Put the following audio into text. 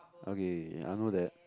okay I know that